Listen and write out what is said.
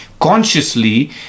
consciously